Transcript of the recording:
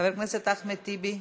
חבר הכנסת אחמד טיבי,